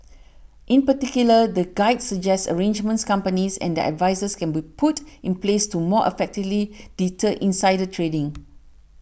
in particular the guide suggests arrangements companies and their advisers can put in place to more effectively deter insider trading